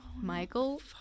Michael